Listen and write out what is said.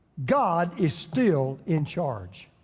god is still in charge.